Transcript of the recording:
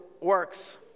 works